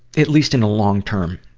at least in a long-term